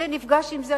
זה נפגש עם זה,